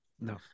No